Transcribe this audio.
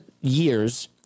years—